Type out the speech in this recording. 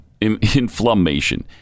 inflammation